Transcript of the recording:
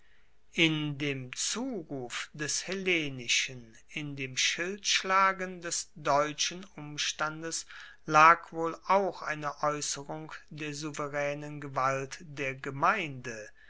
in dem zuruf des hellenischen in dem schildschlagen des deutschen umstandes lag wohl auch eine aeusserung der souveraenen gewalt der gemeinde